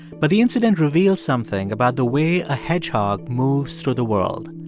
but the incident revealed something about the way a hedgehog moves through the world.